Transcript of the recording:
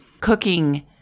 cooking